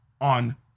on